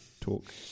talk